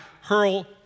hurl